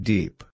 Deep